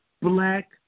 Black